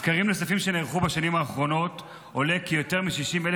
מסקרים נוספים שנערכו בשנים האחרונות עולה כי יותר מ-60,000